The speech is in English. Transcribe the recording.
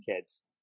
kids